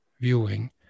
viewing